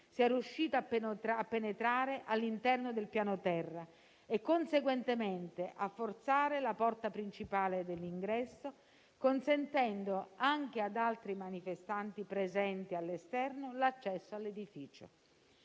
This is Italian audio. sia riuscito a penetrare all'interno del pianoterra e, conseguentemente, a forzare la porta principale dell'ingresso, consentendo anche ad altri manifestanti, presenti all'esterno, l'accesso all'edificio.